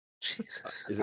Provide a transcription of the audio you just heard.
Jesus